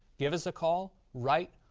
give us a call, write,